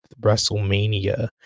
wrestlemania